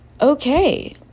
okay